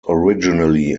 originally